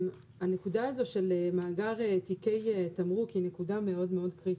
הנקודה הזאת של מאגר תיקי תמרוק היא נקודה מאוד מאוד קריטית.